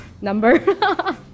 number